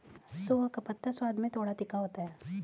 सोआ का पत्ता स्वाद में थोड़ा तीखा होता है